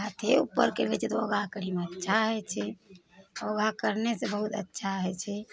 हाथे ऊपर करि लै छै तऽ योगा करयमे अच्छा होइ छै योगा करय सऽ बहुत अच्छा होइ छै